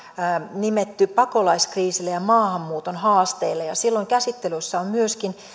nimetty pakolaiskriisille ja maahanmuuton haasteille silloin käsittelyssä on myöskin